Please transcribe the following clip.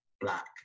black